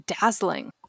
dazzling